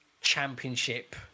championship